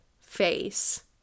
face